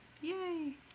Yay